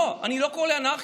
לא, אני לא קורא לאנרכיה.